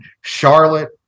Charlotte